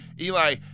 Eli